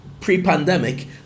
pre-pandemic